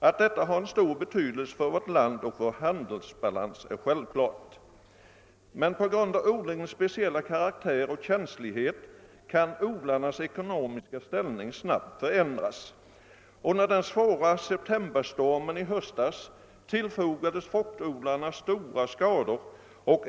Att detta har stor betydelse för vårt lands ekonomi och vår handelsbalans är självklart. På grund av odlingens speciella karaktär och känslighet kan odlarnas ekonomiska ställning emellertid snabbt förändras. Under den svåra septemberstormen förra året tillfogades fruktodlarna stora skador.